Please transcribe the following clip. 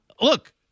Look